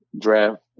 draft